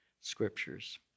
scriptures